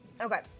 Okay